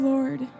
Lord